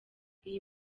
iyi